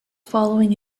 following